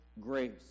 grace